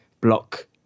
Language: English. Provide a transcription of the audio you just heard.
block